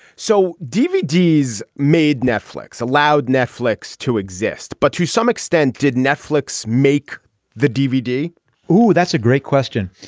so dvd made netflix allowed netflix to exist but to some extent did netflix make the dvd oh that's a great question.